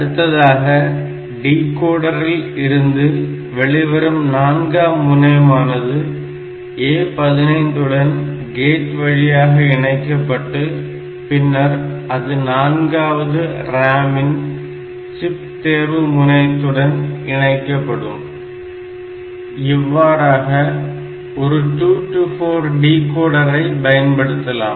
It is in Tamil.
அடுத்ததாக டிகோடரில் இருந்து வெளிவரும் நான்காம் முனையமானது A15 உடன் கேட் வழியாக இணைக்கப்பட்டு பின்னர் அது நான்காவது RAM இன் சிப் தேர்வு முனையத்துடன் இணைக்கப்படும் இவ்வாறாக ஒரு 2 to 4 decoder ஐ பயன்படுத்தலாம்